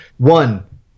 One